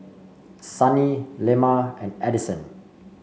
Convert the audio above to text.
Sunny Lemma and Addyson